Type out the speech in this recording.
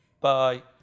Bye